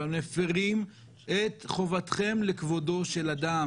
אבל מפרים את חובתכם לכבודו של אדם.